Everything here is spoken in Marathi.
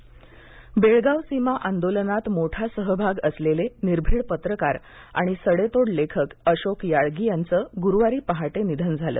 अशोक याळगी बेळगाव सीमा आंदोलनात मोठा सहभाग असलेले निर्भिड पत्रकार आणि सडेतोड लेखक अशोक याळगी यांचे गुरुवारी पहाटे निधन झाले